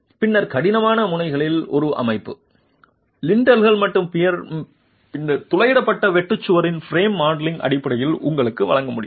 பின்னர் கடினமான முனையின் ஒரு அமைப்பு லிண்டல்கள் மற்றும் பியர்ஸ் பின்னர் துளையிடப்பட்ட வெட்டு சுவரின் பிரேம் மாடலிங் அடிப்படையில் உங்களுக்கு வழங்க முடியும்